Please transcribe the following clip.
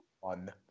one